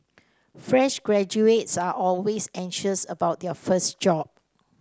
fresh graduates are always anxious about their first job